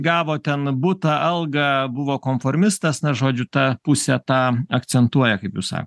gavo ten butą algą buvo konformistas na žodžiu tą pusę tą akcentuoja kaip jūs sakot